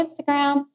Instagram